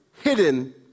hidden